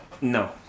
No